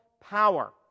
power